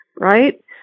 right